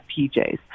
PJs